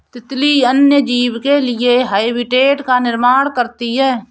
तितली अन्य जीव के लिए हैबिटेट का निर्माण करती है